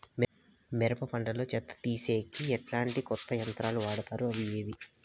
మిరప పంట లో చెత్త తీసేకి ఎట్లాంటి కొత్త యంత్రాలు వాడుతారు అవి ఏవి?